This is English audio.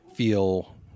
feel